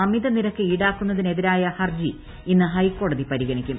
അമിത നിരക്ക് ഈടാക്കുന്നതിനെതിരായ ഹർജി ഇന്ന് ഹൈക്കോടതി പരിഗണിക്കും